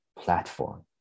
platform